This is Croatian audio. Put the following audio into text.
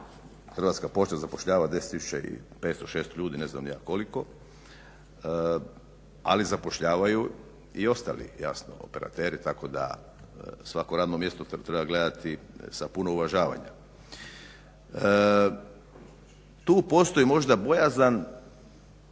Hrvatska pošta zapošljava 10 tisuća i 506 ljudi ne znam ni ja koliko ali zapošljavaju i ostali jasno operateri tako da svako radno mjesto treba gledati sa puno uvažavanja. Tu postoji možda bojazan